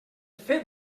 fet